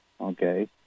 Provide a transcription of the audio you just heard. okay